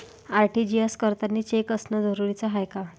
RTGS करतांनी cheque असनं जरुरीच हाय का?